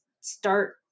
start